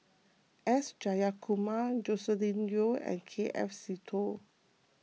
S Jayakumar Joscelin Yeo and K F Seetoh